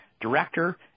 Director